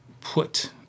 put